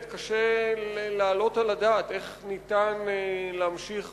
קשה להעלות על הדעת איך ניתן להמשיך